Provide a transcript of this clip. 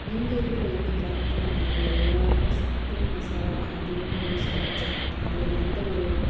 இங்கே இருக்கிற எங்கள் கிராமத்தில் நாங்கள் எல்லாருமே சக்தி மசாலா தான் அதிகமாக யூஸ் பண்ணிட்டுருக்கோம் அதில் எந்த ஒரு